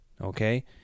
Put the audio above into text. okay